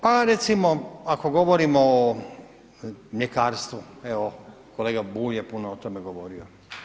Pa recimo ako govorimo o mljekarstvu, evo kolega Bulj je puno o tome govorio.